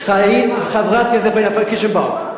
חברת הכנסת פאינה קירשנבאום.